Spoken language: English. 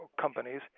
companies